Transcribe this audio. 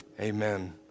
Amen